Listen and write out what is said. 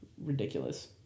ridiculous